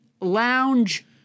lounge